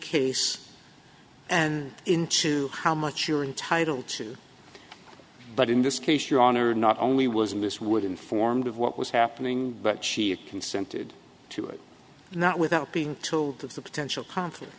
case and into how much you're entitled to but in this case your honor not only was miss wood informed of what was happening but she consented to it not without being told of the potential con